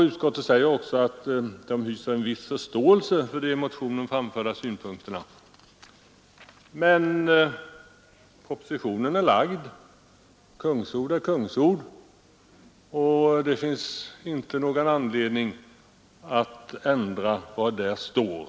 Utskottet säger också att det hyser en viss förståelse för de i motionen framförda synpunkterna, men propositionen är lagd — kungsord är kungsord — och utskottet finner inte någon anledning att ändra vad där står.